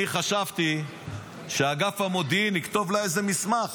אני חשבתי שאגף המודיעין יכתוב לה איזה מסמך,